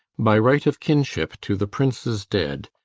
by right of kinship to the princes dead,